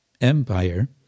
Empire